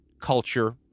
culture